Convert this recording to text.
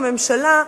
הממשלה,